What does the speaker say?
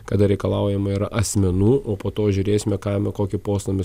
kada reikalaujama ir asmenų o po to žiūrėsime kam kokį postą mes